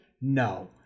No